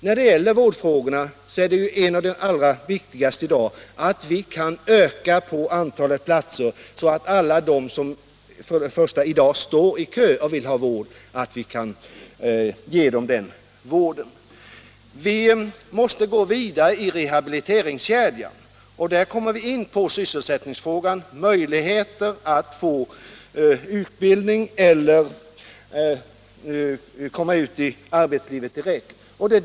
När det gäller vårdfrågorna är ju bland det allra viktigaste i dag att vi kan öka antalet platser så att alla de som står i kö och vill ha vård kan ges denna vård. Vi måste gå vidare i rehabiliteringskedjan. Därvid kommer vi in på sysselsättningsfrågan — möjligheter att få utbildning eller komma ut i arbetslivet direkt.